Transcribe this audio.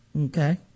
Okay